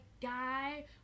guy